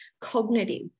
cognitive